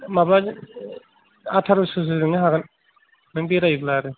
माबा आठार'सो जोंनो हागोन नों बेरायब्ला आरो